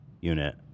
unit